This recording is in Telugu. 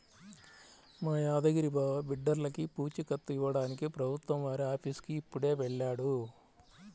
మా యాదగిరి బావ బిడ్డర్లకి పూచీకత్తు ఇవ్వడానికి ప్రభుత్వం వారి ఆఫీసుకి ఇప్పుడే వెళ్ళాడు